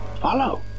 Follow